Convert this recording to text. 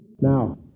Now